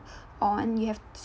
on you have to